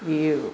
ഈ